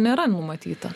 nėra numatyta